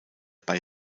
bei